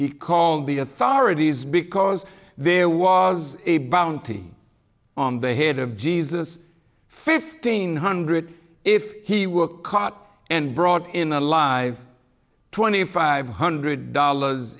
he called the authorities because there was a bounty on the head of jesus fifteen hundred if he were caught and brought in alive twenty five hundred dollars